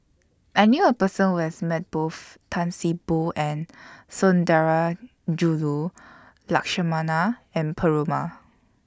I knew A Person Who has Met Both Tan See Boo and Sundarajulu Lakshmana and Perumal